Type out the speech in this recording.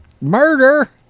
murder